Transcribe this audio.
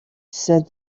said